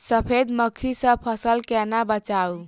सफेद मक्खी सँ फसल केना बचाऊ?